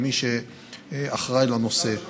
כמי שאחראי לנושא.